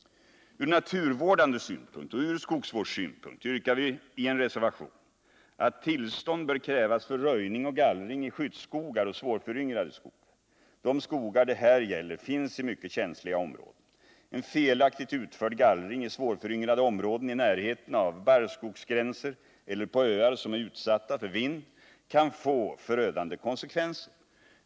Ur naturvårdande synpunkt och ur skogsvårdssynpunkt yrkar vi i en reservation att tillstånd bör krävas för röjning och gallring i skyddsskogar och svårföryngrade skogar. De skogar det här gäller finns i mycket känsliga områden. En felaktigt utförd gallring i svårföryngrade områden i närheten av barrskogsgränser eller på öar som är utsatta för vind kan få förödande konsekvenser.